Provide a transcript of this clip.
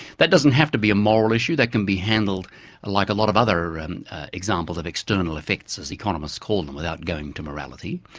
that doesn't have to be a moral issue. that can be handled like a lot of other and examples of external effects as economists call them without going to morality.